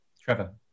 trevor